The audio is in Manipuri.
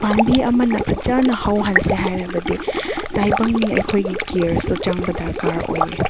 ꯄꯥꯟꯕꯤ ꯑꯃꯅ ꯐꯖꯅ ꯍꯧꯍꯟꯁꯦ ꯍꯥꯏꯔꯕꯗꯤ ꯇꯥꯏꯕꯪ ꯃꯤ ꯑꯩꯈꯣꯏꯒꯤ ꯀꯤꯌꯔꯁꯨ ꯆꯪꯕ ꯗꯔꯀꯥꯔ ꯑꯣꯏꯌꯦ